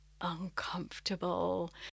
uncomfortable